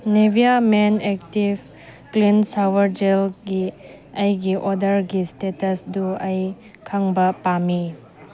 Nivea men active clean shower ꯖꯦꯜꯒꯤ ꯑꯩꯒꯤ ꯑꯣꯗꯔꯒꯤ ꯏꯁꯇꯦꯇꯁꯇꯨ ꯑꯩ ꯈꯪꯕ ꯄꯥꯝꯃꯤ